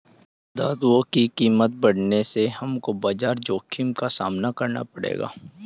धातुओं की कीमत बढ़ने से हमको बाजार जोखिम का सामना करना पड़ा था